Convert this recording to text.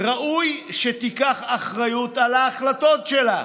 ראוי שתיקח אחריות על ההחלטות שלה,